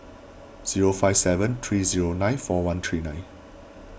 zero five seven three zero nine four one three nine